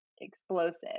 explosive